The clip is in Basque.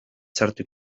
txarto